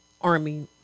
army